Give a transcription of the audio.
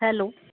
hello